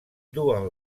duen